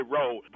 Road